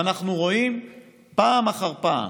ואנחנו רואים פעם אחר פעם